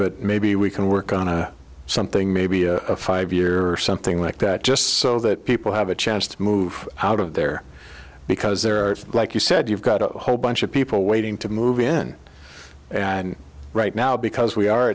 but maybe we can work on something maybe a five year or something like that just so that people have a chance to move out of there because they're like you said you've got a whole bunch of people waiting to move in and right now because we are